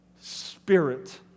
spirit